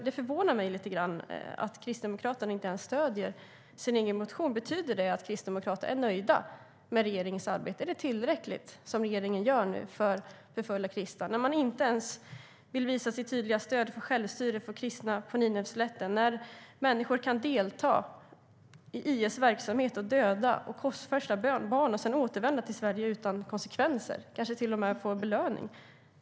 Det förvånar mig lite grann att Kristdemokraterna inte ens stöder sin egen motion. Betyder det att Kristdemokraterna är nöjda med regeringens arbete? Är det som regeringen gör nu för förföljda kristna tillräckligt, när man inte ens vill visa sitt tydliga stöd för självstyre för kristna på Nineveslätten och när människor kan delta i IS verksamhet, döda och korsfästa barn och sedan återvända till Sverige utan konsekvenser och kanske till och med få belöning?